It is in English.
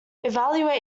evaluate